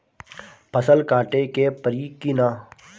फसल काटे के परी कि न?